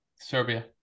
Serbia